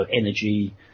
energy